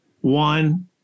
one